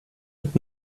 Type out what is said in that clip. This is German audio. mit